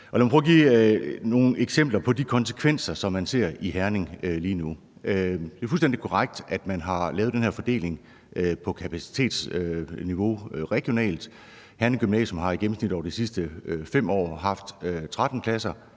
at give nogle eksempler på de konsekvenser, som man ser i Herning lige nu. Det er fuldstændig korrekt, at man har lavet den her fordeling på kapacitetsniveau regionalt. Herning Gymnasium har i gennemsnit over de sidste 5 år haft 13 pladser